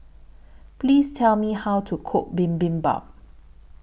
Please Tell Me How to Cook Bibimbap